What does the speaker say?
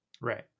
Right